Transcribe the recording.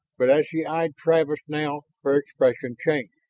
but as she eyed travis now her expression changed.